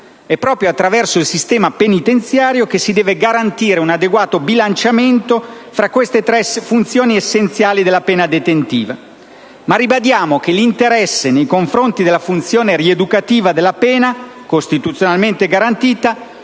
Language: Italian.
È proprio attraverso il sistema penitenziario che si deve garantire un adeguato bilanciamento tra queste tre funzioni essenziali della pena detentiva. Ma ribadiamo che l'interesse nei confronti della funzione rieducativa della pena, costituzionalmente garantita,